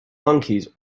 monkeys